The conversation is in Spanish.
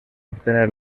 obtener